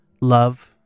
Love